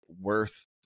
worth